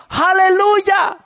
hallelujah